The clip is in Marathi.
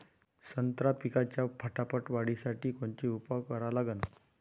संत्रा पिकाच्या फटाफट वाढीसाठी कोनचे उपाव करा लागन?